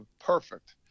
perfect